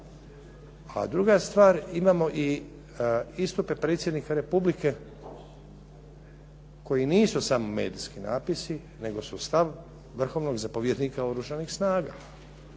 A druga stvar, imamo i istupe predsjednika Republike koji nisu samo medijski napisi, nego su stav vrhovnog zapovjednika oružanih snaga.